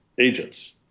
agents